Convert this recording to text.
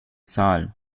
zahl